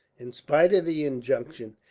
in spite of the injunction,